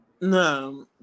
No